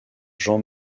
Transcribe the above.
jean